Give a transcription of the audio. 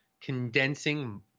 condensing